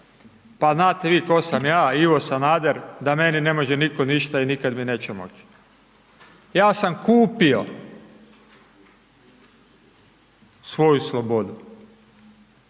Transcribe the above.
pa znate vi tko sam ja, Ivo Sanader, da meni ne može nitko ništa i nikad mi neće moći, ja sam kupio svoju slobodu.